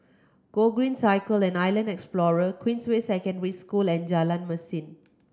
Gogreen Cycle and Island Explorer Queensway Secondary School and Jalan Mesin